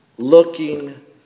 Looking